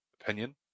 opinion